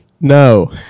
No